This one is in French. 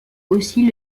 aussi